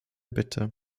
bitte